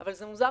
אבל זה מוזר,